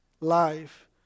life